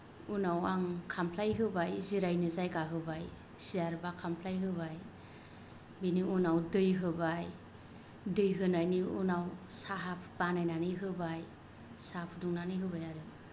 उनाव आं खामफ्लाय होबाय जिरायनो जायगा होबाय सियार बा खामफ्लाय होबाय बेनि उनाव दै होबाय दै होनायनि उनाव साहा बानायनानै होबाय साह फुदुंनानै होबाय आरो